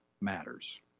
matters